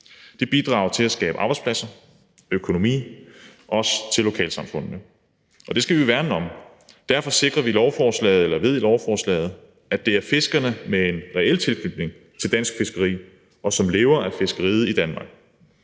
Det bidrager til at skabe arbejdspladser, økonomi, også til lokalsamfundene. Det skal vi værne om. Derfor sikrer vi ved lovforslaget, at det er fiskerne med en reel tilknytning til dansk fiskeri, som lever af fiskeriet i Danmark,